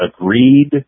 agreed